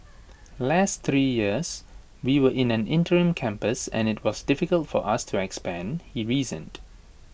last three years we were in an interim campus and IT was difficult for us to expand he reasoned